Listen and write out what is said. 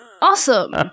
Awesome